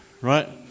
right